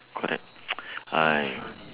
correct I